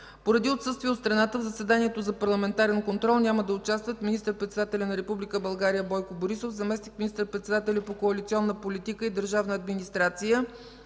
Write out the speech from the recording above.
Поради отсъствие от страната, в заседанието за парламентарен контрол няма да участват министър-председателят на Република България Бойко Борисов, заместник министър-председателят по коалиционна политика и държавна администрация